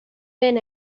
been